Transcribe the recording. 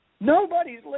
Nobody's